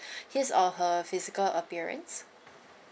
his or her physical apperance